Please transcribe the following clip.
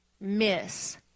miss